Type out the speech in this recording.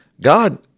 God